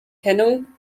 bemerkung